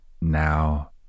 now